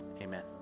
amen